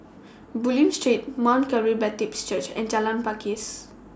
Bulim Street Mount Calvary Baptist Church and Jalan Pakis